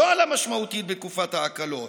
לא עלה משמעותית בתקופת ההקלות,